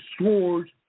swords